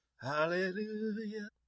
Hallelujah